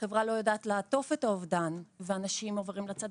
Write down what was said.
החברה לא יודעת לעטוף את האובדן ואנשים עוברים לצד